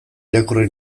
irakurri